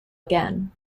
again